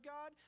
God